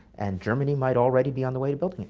and germany might already be on the way to building it.